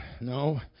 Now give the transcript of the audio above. No